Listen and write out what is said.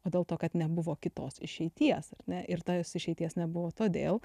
o dėl to kad nebuvo kitos išeities ar ne ir tos išeities nebuvo todėl